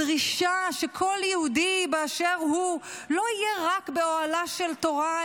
הדרישה שכל יהודי באשר הוא לא יהיה רק באוהלה של תורה,